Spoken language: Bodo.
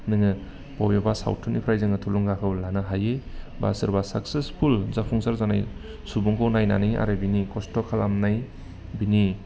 नोङो बबेबा सावथुननिफ्राय जोङो थुलुंगाखौ लानो हायो बा सोरबा साक्सेसफुल जाफुंसार जानाय सुबुंखौ नायनानै आरो बेनि खस्त' खालामनाय बिनि